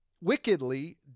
wickedly